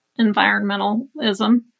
environmentalism